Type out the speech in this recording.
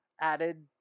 added